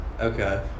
Okay